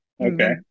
Okay